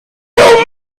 few